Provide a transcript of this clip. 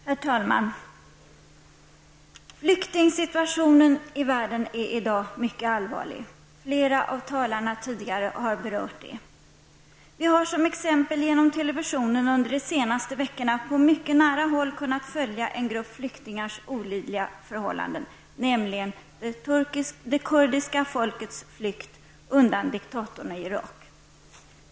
Herr talman! Flyktingsituationen i världen är i dag mycket allvarlig. Flera av talarna har tidigare berört detta. Vi har t.ex. genom televisionen under de senaste veckorna på mycket nära håll kunnat följa en grupp flyktingars olidliga förhållanden, nämligen det kurdiska folkets flykt undan diktatorn i Irak.